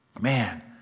Man